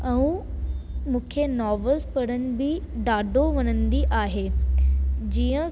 ऐं मूंखे नॉविल्स पढ़णु बि ॾाढो वणंदी आहे जीअं